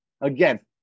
Again